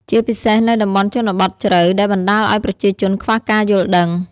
ជាពិសេសនៅតំបន់ជនបទជ្រៅ ដែលបណ្ដាលឱ្យប្រជាជនខ្វះការយល់ដឹង។